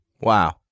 Wow